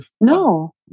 no